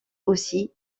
aussi